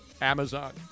Amazon